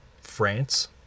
France